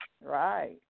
Right